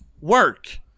work